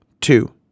two